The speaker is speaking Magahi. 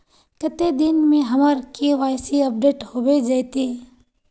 कते दिन में हमर के.वाई.सी अपडेट होबे जयते?